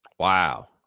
Wow